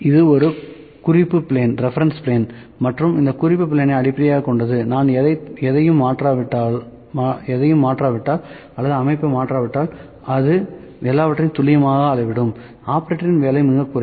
இது ஒரு குறிப்பு பிளேன் மற்றும் இந்த குறிப்பு பிளேனை அடிப்படையாகக் கொண்டது நாம் எதையும் மாற்றாவிட்டால் அல்லது அமைப்பை மாற்றாவிட்டால் அது எல்லாவற்றையும் துல்லியமாக அளவிடும் ஆபரேட்டரின் வேலை மிகக் குறைவு